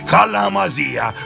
Kalamazia